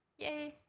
yay.